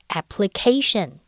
application